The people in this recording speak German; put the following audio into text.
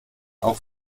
auch